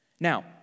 Now